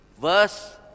verse